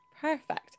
Perfect